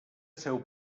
seu